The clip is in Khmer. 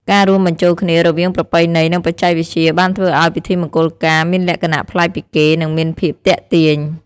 ការរួមបញ្ចូលគ្នារវាងប្រពៃណីនិងបច្ចេកវិទ្យាបានធ្វើឱ្យពិធីមង្គលការមានលក្ខណៈប្លែកពីគេនិងមានភាពទាក់ទាញ។